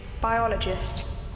biologist